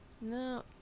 No